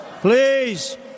Please